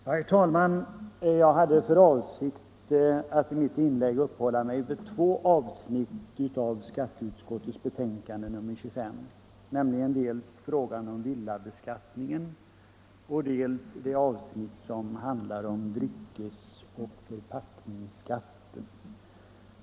Herr talman! Jag hade för avsikt att i mitt inlägg uppehålla mig vid två avsnitt av skatteutskottets betänkande nr 25, nämligen dels frågan om villabeskattningen, dels frågan om dryckes och förpackningsskatten.